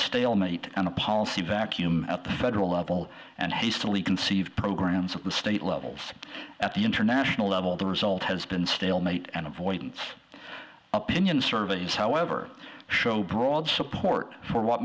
stalemate and a policy vacuum at the federal level and hastily conceived programs at the state levels at the international level the result has been stalemate and avoidance opinion surveys however show broad support for what